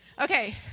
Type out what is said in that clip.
Okay